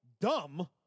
dumb